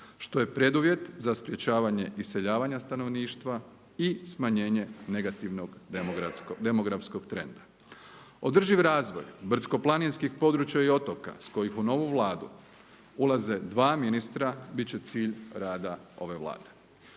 što je preduvjet za sprečavanje iseljavanja stanovništva i smanjenje negativnog demografskog trenda. Održiv razvoj brdsko-planinskih područja i otoka s kojih u novu Vladu ulaze 2 ministra bit će cilj rada ove Vlade.